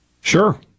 Sure